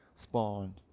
spawned